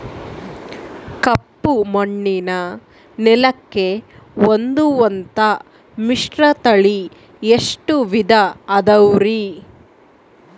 ಕಪ್ಪುಮಣ್ಣಿನ ನೆಲಕ್ಕೆ ಹೊಂದುವಂಥ ಮಿಶ್ರತಳಿ ಎಷ್ಟು ವಿಧ ಅದವರಿ?